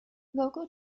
local